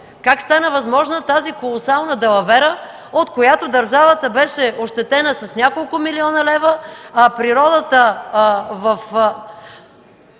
Как стана възможна тази колосална далавера, от която държавата беше ощетена с няколко милиона лева, а природата в